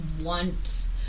want